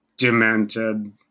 demented